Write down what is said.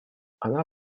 она